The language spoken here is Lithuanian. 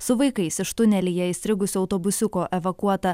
su vaikais iš tunelyje įstrigusio autobusiuko evakuota